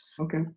Okay